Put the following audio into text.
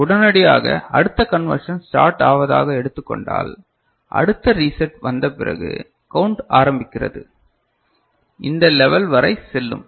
உடனடியாக அடுத்த conversion start ஆவதாக எடுத்துக் கொண்டால் அடுத்த ரிசெட் வந்தபிறகு கவுண்ட் ஆரம்பிக்கிறது இந்த லெவல் வரை செல்லும்